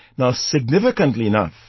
now significantly enough.